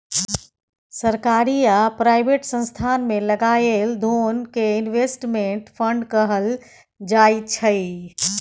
सरकारी आ प्राइवेट संस्थान मे लगाएल धोन कें इनवेस्टमेंट फंड कहल जाय छइ